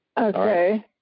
Okay